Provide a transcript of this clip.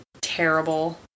terrible